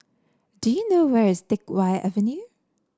do you know where is Teck Whye Avenue